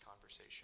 conversation